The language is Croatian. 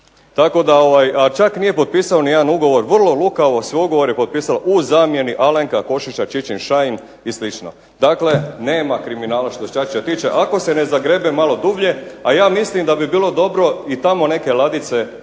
Tako da, a čak nije potpisao ni jedan ugovor. Vrlo lukavo su ugovori potpisani u zamjeni Alenka Košiša Čičin-Šain i slično. Dakle, nema kriminala što se Čačića tiče, ako se ne zagrebe malo dublje, a ja mislim da bi bilo dobro i tamo neke ladice sa